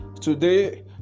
Today